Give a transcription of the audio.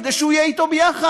כדי שהוא יהיה אתו יחד.